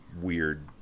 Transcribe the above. weird